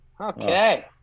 Okay